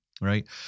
Right